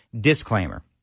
disclaimer